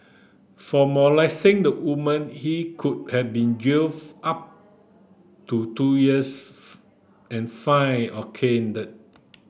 for molesting the woman he could have been jail for up to two years and fine or caned